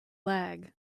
lag